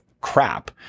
crap